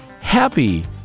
happy